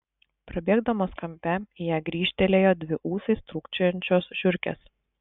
prabėgdamos kampe į ją grįžtelėjo dvi ūsais trūkčiojančios žiurkės